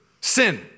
sin